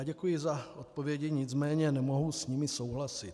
Děkuji za odpovědi, nicméně nemohu s nimi souhlasit.